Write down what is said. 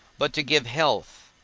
but to give health,